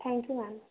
thank you ma'am